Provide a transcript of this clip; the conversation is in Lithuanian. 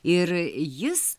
ir jis